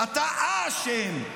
אתה האשם.